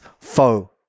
foe